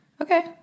Okay